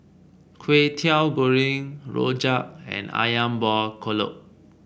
Kway Teow Goreng rojak and ayam Buah Keluak